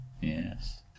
Yes